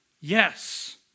Yes